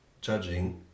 judging